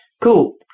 Cool